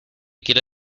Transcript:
quiero